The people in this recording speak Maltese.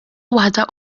waħda